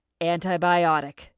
Antibiotic